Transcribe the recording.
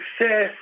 success